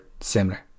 similar